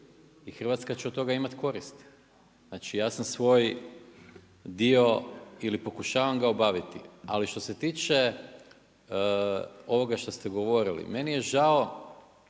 i Hrvatska će od toga imati koristi. Znači ja sam svoj dio ili pokušavam ga obaviti. Ali što se tiče ovoga što ste govorili meni je žao,